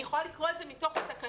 אני יכולה לקרוא את זה מתוך התקנות.